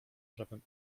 prawym